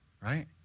right